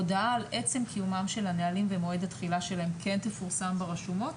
הודעה על עצם קיומם של הנהלים ומועד התחילה שלהם תפורסם ברשומות